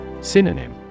Synonym